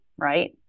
right